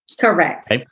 Correct